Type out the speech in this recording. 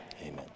Amen